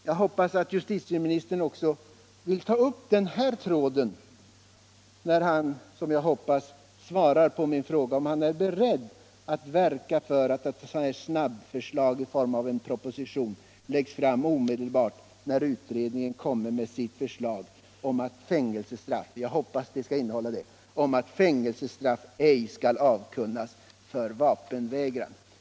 Jag hoppas att justitieministern också vill ta upp den här tråden, när han svarar på min fråga om han är beredd att verka för att ett snabbförslag i form av en proposition läggs fram omedelbart när utredningen för hoppningsvis kommit med sitt förslag om att fängelsestraff ej skall av kunnas för vapenvägran.